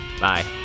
Bye